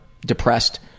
depressed